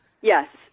Yes